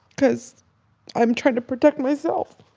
cause i'm trying to protect myself.